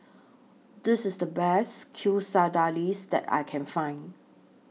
This IS The Best Quesadillas that I Can Find